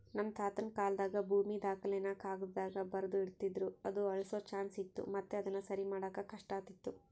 ನಮ್ ತಾತುನ ಕಾಲಾದಾಗ ಭೂಮಿ ದಾಖಲೆನ ಕಾಗದ್ದಾಗ ಬರ್ದು ಇಡ್ತಿದ್ರು ಅದು ಅಳ್ಸೋ ಚಾನ್ಸ್ ಇತ್ತು ಮತ್ತೆ ಅದುನ ಸರಿಮಾಡಾಕ ಕಷ್ಟಾತಿತ್ತು